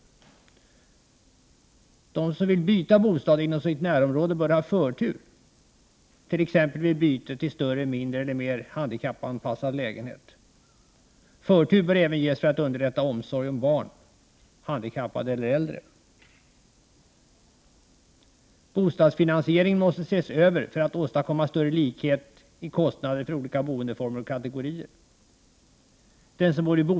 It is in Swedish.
”14 De som vill byta bostad inom sitt närområde bör ha förtur, till exempel vid byte till större, mindre eller mer handikappanpassad lägenhet. Förtur bör även ges för att underlätta omsorg om barn, handikappade eller äldre. 15 Bostadsfinansieringen måste ses över för att åstadkomma större likhet i kostnader för olika boendeformer och kategorier.